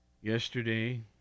Yesterday